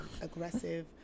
aggressive